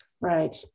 Right